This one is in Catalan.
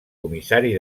comissari